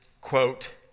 quote